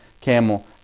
camel